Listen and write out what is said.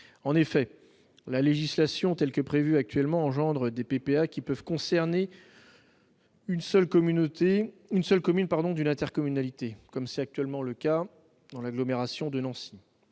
En effet, la législation en vigueur « engendre » des PPA qui peuvent concerner une seule commune d'une intercommunalité, comme c'est actuellement le cas dans l'agglomération de Nancy.